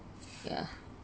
yeah